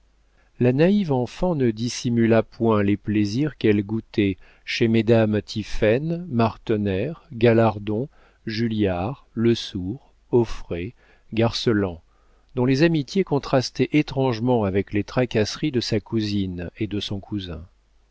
la naïve enfant ne dissimula point les plaisirs qu'elle goûtait chez mesdames tiphaine martener galardon julliard lesourd auffray garceland dont les amitiés contrastaient étrangement avec les tracasseries de sa cousine et de son cousin